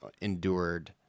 endured